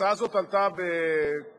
הצבעה על הצעת חוק, גברתי,